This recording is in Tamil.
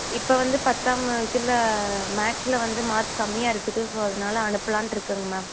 இப்போ வந்து பத்தாம் இதில் மேக்ஸில் வந்து மார்க் கம்மியாக இருக்குது ஸோ அதனால அனுப்பலான்ட்டு இருக்கேங்க மேம்